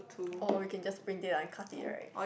or we can just print it out and cut it right